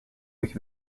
euch